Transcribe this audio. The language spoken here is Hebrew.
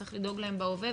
צריך לדאוג להם בהווה.